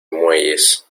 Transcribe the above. muelles